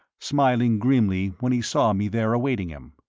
smiling grimly when he saw me there awaiting him.